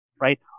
Right